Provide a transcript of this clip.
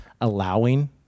allowing